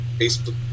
Facebook